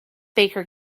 baker